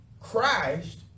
Christ